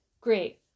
Great